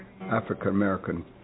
African-American